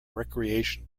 recreation